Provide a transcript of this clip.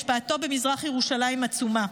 השפעתו במזרח ירושלים עצומה.